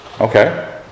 Okay